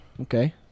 Okay